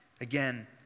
again